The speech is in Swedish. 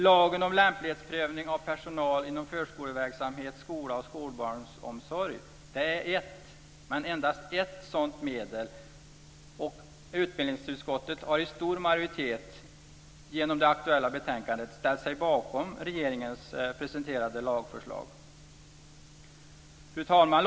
Lagen om lämplighetsprövning av personal inom förskoleverksamhet, skola och skolbarnsomsorg är ett - men endast ett - sådant medel. Utbildningsutskottet har också i stor majoritet genom det aktuella betänkandet ställt sig bakom regeringens presenterade lagförslag. Fru talman!